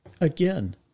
Again